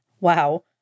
Wow